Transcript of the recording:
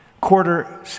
quarter